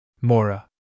Mora